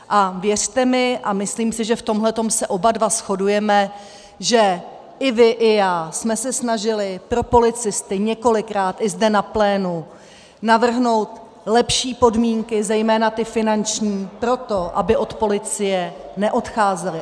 A věřte mi, a myslím si, že v tomhle se oba shodujeme, že i vy i já jsme se snažili pro policisty několikrát i zde na plénu navrhnout lepší podmínky, zejména ty finanční, pro to, aby od policie neodcházeli.